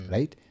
Right